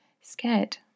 scared